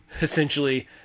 Essentially